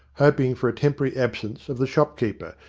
hoping for a temporary absence of the shop-keeper,